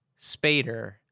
Spader